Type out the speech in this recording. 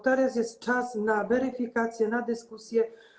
Teraz jest czas na weryfikację, na dyskusję.